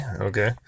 Okay